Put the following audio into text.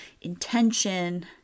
intention